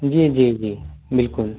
जी जी जी बिल्कुल